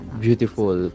Beautiful